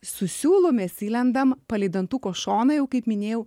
su siūlu mes įlendam palei dantuko šoną jau kaip minėjau